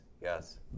Yes